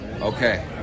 Okay